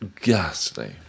ghastly